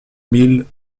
mille